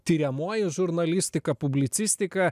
tiriamoji žurnalistika publicistika